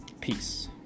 Peace